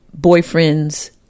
boyfriends